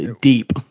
deep